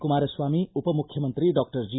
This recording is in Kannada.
ಕುಮಾರಸ್ವಾಮಿ ಉಪಮುಖ್ಯಮಂತ್ರಿ ಡಾಕ್ಷರ್ ಜಿ